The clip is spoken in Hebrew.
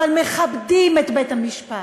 אבל מכבדים את בית-המשפט,